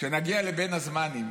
כשנגיע לבין הזמנים